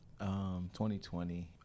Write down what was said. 2020